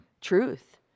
truth